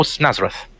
Nazareth